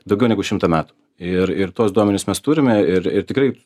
daugiau negu šimtą metų ir ir tuos duomenis mes turime ir ir tikrai